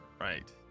Right